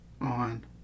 on